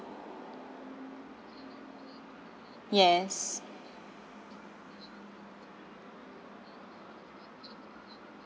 yes